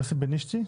יוסי בנישתי,